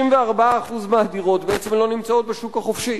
64% מהדירות בעצם לא נמצאות בשוק החופשי